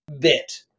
bit